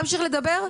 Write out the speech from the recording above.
רצית להמשיך לדבר?